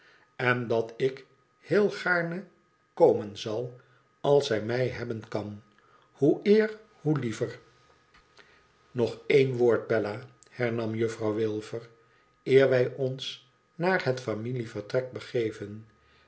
en dat ik heel gaarne komen zal als zij mij hebben kan hoe eer hoe liever nog één woord bella hernam juffrouw wilfer eer wij ons naar het familievertrek begeven